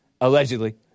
allegedly